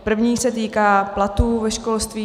První se týká platů ve školství.